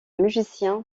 musicien